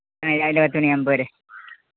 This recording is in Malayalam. ആ രാവിലെ പത്ത് മണി ആവുമ്പോൾ പോര്